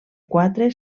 quatre